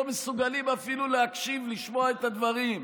לא מסוגלים אפילו להקשיב ולשמוע את הדברים.